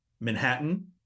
Manhattan